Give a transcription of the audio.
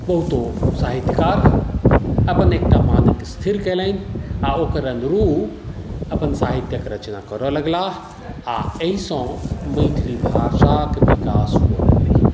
बहुतो साहित्यकार अपन एकटा मानक स्थिर कयलनि आ ओकर अनुरूप अपन साहित्यक रचना करय लगलाह आ एहिसँ मैथिली भाषाक विकास हुअ लगलै